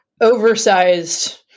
oversized